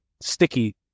sticky